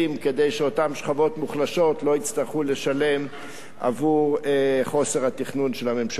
כדי שאותן שכבות מוחלשות לא יצטרכו לשלם עבור חוסר התכנון של הממשלה.